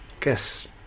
guess